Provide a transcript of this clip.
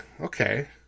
Okay